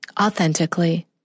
Authentically